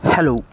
Hello